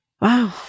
Wow